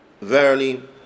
Verily